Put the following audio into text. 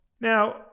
Now